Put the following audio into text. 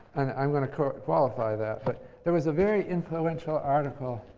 i'm going to qualify that. but there was a very influential article